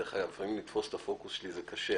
דרך אגב, לפעמים לתפוס את הפוקוס שלי זה קשה.